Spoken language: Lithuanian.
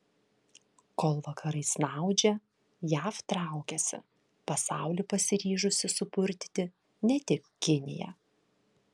kol vakarai snaudžia jav traukiasi pasaulį pasiryžusi supurtyti ne tik kinija